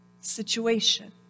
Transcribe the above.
situation